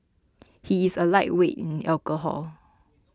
he is a lightweight in alcohol